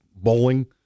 bowling